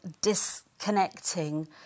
disconnecting